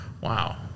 wow